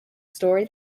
story